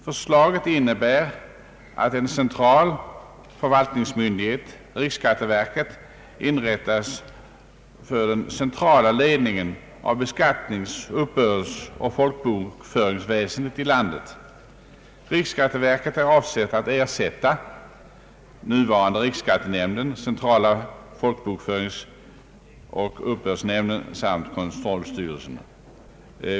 Förslaget innebär att en central förvaltningsmyndighet — riksskatteverket — inrättas för den centrala ledningen av beskattnings-, uppbördsoch folkbokföringsväsendet i landet. Riksskatteverket är avsett att ersätta nuvarande <riksskattenämnden, centrala folkbokföringsoch uppbördsnämnden samt kontrollstyrelsen.